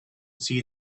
see